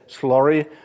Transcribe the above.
slurry